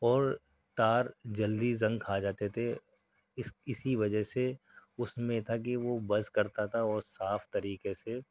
اور تار جلدی زنگ کھا جاتے تھے اِس اِسی وجہ سے اُس میں یہ تھا کہ وہ بز کرتا تھا اور صاف طریقے سے